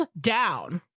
down